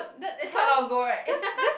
that's quite long ago right